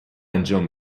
انجام